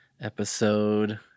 episode